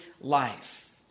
life